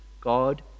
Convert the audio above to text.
God